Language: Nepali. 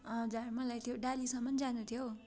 हजुर मलाई त्यो डालीसम्म जानु थियो